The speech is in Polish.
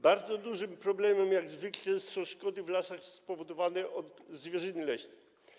Bardzo dużym problemem, jak zwykle, są szkody w lasach spowodowane przez zwierzynę leśną.